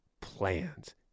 plans